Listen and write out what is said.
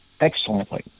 excellently